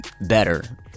better